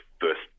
first